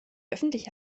öffentliche